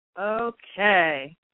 Okay